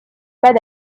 pas